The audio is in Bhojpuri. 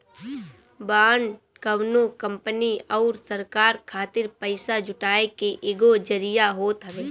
बांड कवनो कंपनी अउरी सरकार खातिर पईसा जुटाए के एगो जरिया होत हवे